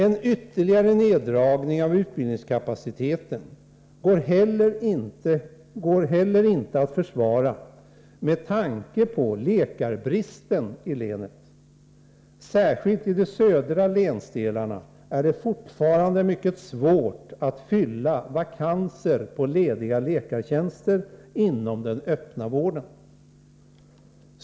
En ytterligare neddragning av utbildningskapaciteten går heller inte att försvara med tanke på läkarbristen i länet. Särskilt i de södra länsdelarna är det fortfarande mycket svårt att fylla vakanser på lediga läkartjänster inom den öppna vården.